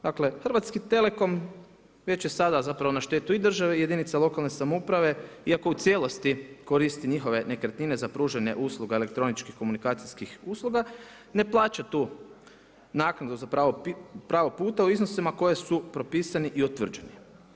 Dakle, Hrvatski telekom već je sada zapravo na štetu države i jedinica lokalne samouprave iako u cijelosti koristi njihove nekretnine za pružanje usluge elektroničkih komunikacijskih usluga, ne plaća tu naknadu za pravo puta u iznosima koji su propisani i utvrđeni.